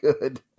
good